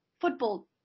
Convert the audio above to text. football